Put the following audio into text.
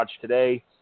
today